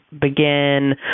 begin